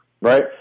right